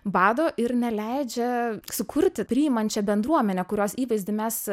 bado ir neleidžia sukurti priimančią bendruomenę kurios įvaizdį mes